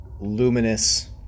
luminous